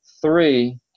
Three